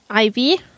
IV